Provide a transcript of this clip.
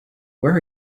where